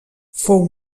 fou